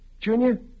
Junior